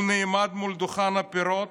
נעמד מול דוכן הפירות,